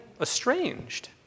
estranged